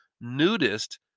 nudist